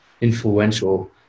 influential